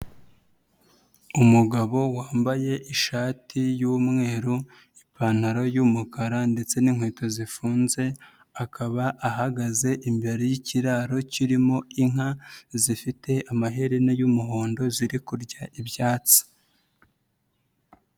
Umugabo wambaye ishati y'umweru, ipantaro y'umukara ndetse n'inkweto zifunze akaba ahagaze imbere y'ikiraro kirimo inka zifite amaherena y'umuhondo ziri kurya ibyatsi.